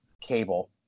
cable